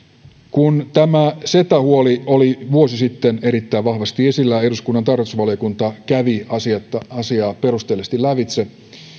kun tämä ceta huoli oli vuosi sitten erittäin vahvasti esillä eduskunnan tarkastusvaliokunta kävi asiaa asiaa perusteellisesti lävitse